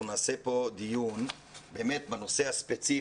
זכיתי להיות אחראית על 1,500 בעלי תפקידים